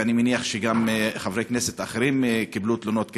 ואני מניח שגם חברי כנסת אחרים קיבלו תלונות כאלה,